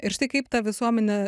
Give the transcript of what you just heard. ir štai kaip ta visuomenė